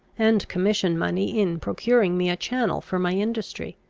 and commission-money in procuring me a channel for my industry.